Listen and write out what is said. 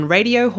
Radio